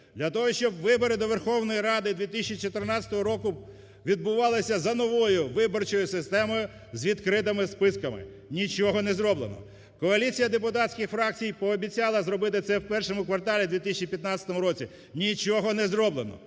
для того, щоб вибори до Верховної Ради 2014 року відбувалися за новою виборчою системою з відкритими списками". Нічого не зроблено. Коаліція депутатських фракцій пообіцяла зробити це в першому кварталі в 2015 році. Нічого не зроблено.